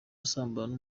asambana